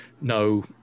no